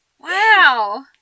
Wow